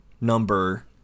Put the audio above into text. number